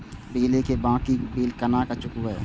बिजली की बाकी बील केना चूकेबे?